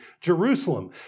Jerusalem